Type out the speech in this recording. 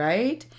Right